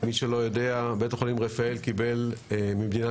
אנחנו מבצעים את כל הפעילות הזאת מול כל המערכת,